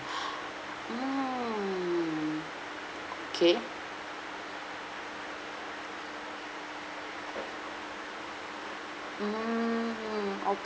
mm okay mm